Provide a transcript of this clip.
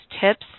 tips